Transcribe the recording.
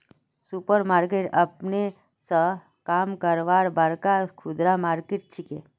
super market अपने स काम करवार बड़का खुदरा स्टोर छिके